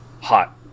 Hot